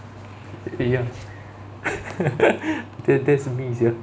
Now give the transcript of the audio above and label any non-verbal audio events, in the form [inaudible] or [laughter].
ya [laughs] that that's me sia